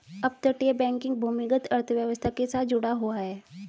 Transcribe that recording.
अपतटीय बैंकिंग भूमिगत अर्थव्यवस्था के साथ जुड़ा हुआ है